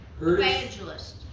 Evangelist